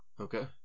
okay